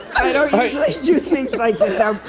don't usually do things like this. now,